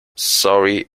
sorry